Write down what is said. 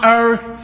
earth